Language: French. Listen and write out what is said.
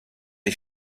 est